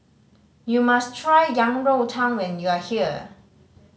you must try Yang Rou Tang when you are here